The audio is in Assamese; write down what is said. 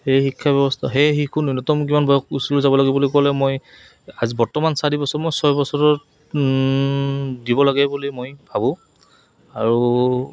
সেই শিক্ষা ব্যৱস্থা সেই শিশু ন্যুনতম কিমান বয়স স্কুললৈ যাব লাগে বুলি ক'লে মই আজ বৰ্তমান চাৰি বছৰ মই ছয় বছৰত দিব লাগে বুলি মই ভাবোঁ আৰু